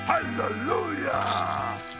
Hallelujah